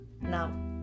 now